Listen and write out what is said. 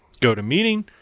GoToMeeting